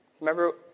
Remember